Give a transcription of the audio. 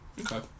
Okay